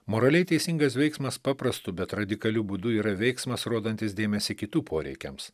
moraliai teisingas veiksmas paprastu bet radikaliu būdu yra veiksmas rodantis dėmesį kitų poreikiams